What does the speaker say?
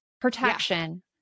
protection